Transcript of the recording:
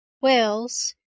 wales